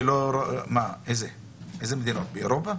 באירופה?